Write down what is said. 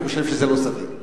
אני חושב שזה לא סביר.